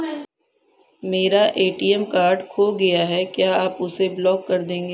मेरा ATM card खो गया है क्या आप उसे ब्लॉक कर देंगे?